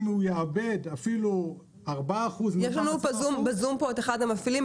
אם הוא יאבד אפילו 4% --- יש לנו בזום את אחד המפעילים,